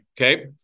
Okay